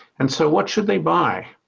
and so what should they buy?